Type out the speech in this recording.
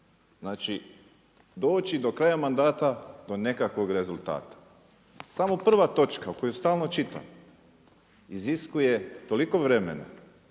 znači doći do kraja mandata do nekakvog rezultata? Samo prva točka koju stalno čitam iziskuje toliko vremena